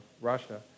Russia